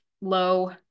low